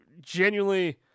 genuinely